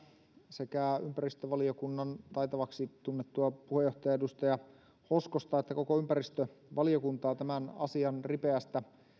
sekä ympäristövaliokunnan taitavaksi tunnettua puheenjohtajaa edustaja hoskosta että koko ympäristövaliokuntaa tämän asian ripeästä